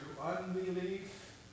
unbelief